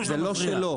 זה לא שלו.